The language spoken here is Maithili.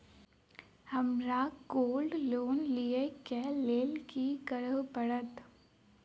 हमरा गोल्ड लोन लिय केँ लेल की करऽ पड़त?